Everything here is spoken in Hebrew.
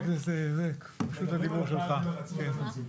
מדברים על הפער בין הרצוי למצוי.